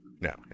no